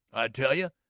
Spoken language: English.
i tell you!